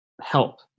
help